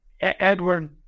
edward